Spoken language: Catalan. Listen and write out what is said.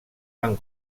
van